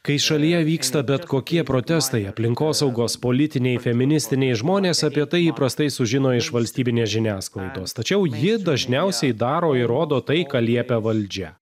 kai šalyje vyksta bet kokie protestai aplinkosaugos politiniai feministiniai žmonės apie tai įprastai sužino iš valstybinės žiniasklaidos tačiau ji dažniausiai daro ir rodo tai ką liepia valdžia